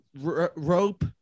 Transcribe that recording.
rope